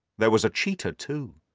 there was a cheetah, too